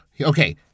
okay